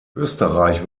österreich